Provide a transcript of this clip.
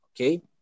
okay